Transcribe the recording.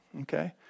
Okay